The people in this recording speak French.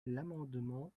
l’amendement